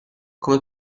come